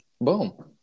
Boom